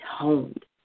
toned